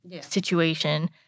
situation